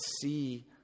see